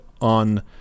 on